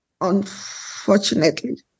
unfortunately